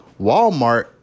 Walmart